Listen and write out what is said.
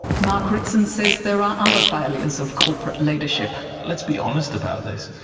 mark ritson says there are other failures of corporate leadership. let's be honest about this,